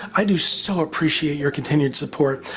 i do so appreciate your continued support,